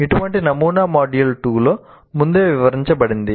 ఇటువంటి నమూనా మాడ్యూల్ 2 లో ముందే వివరించబడింది